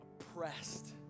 oppressed